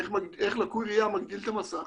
איך לקוי ראיה מגדיל את המסך,